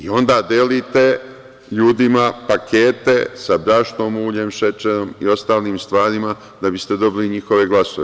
Onda delite ljudima pakete sa brašnom, uljem, šećerom i ostalim stvarima da biste dobili njihove glasove.